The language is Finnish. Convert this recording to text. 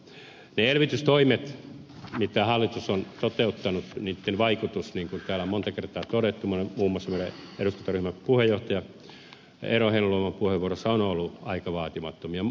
niiden elvytystoimien vaikutukset joita hallitus on toteuttanut niin kuin täällä monta kertaa on todettu muun muassa meidän eduskuntaryhmämme puheenjohtaja eero heinäluoman puheenvuorossa ovat olleet aika vaatimattomia